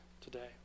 today